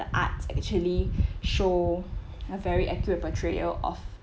arts actually show a very accurate portrayal of